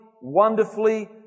wonderfully